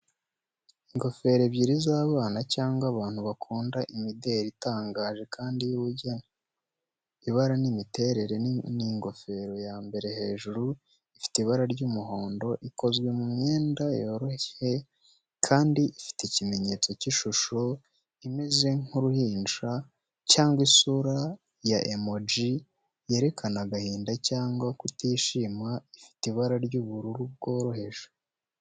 Ingofero ebyiri z’abana cyangwa abantu bakunda imideli itangaje kandi y'ubugeni. Ibara n’imiterere ni ingofero ya mbere hejuru Ifite ibara ry’umuhondo ikozwe mu myenda yoroshye kandi ifite ikimenyetso cy’ishusho imeze nk’uruhinja cyangwa isura ya emoji yerekana agahinda cyangwa kutishima ifite ibara ry’ubururu bworoheje.